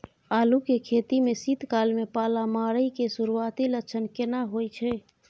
आलू के खेती में शीत काल में पाला मारै के सुरूआती लक्षण केना होय छै?